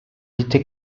était